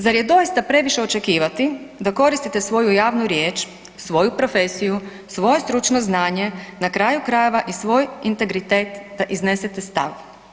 Zar je doista previše očekivati da koristite svoju javnu riječ, svoju profesiju, svoje stručno znanje, na kraju krajeva i svoj integritet da iznesete stav.